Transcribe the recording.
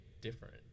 different